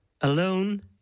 Alone